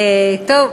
טוב,